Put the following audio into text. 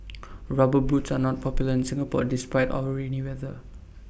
rubber boots are not popular in Singapore despite our rainy weather